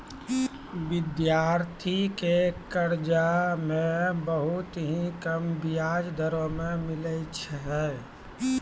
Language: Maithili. विद्यार्थी के कर्जा मे बहुत ही कम बियाज दरों मे मिलै छै